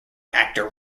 actor